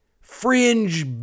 fringe